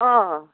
अह